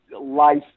life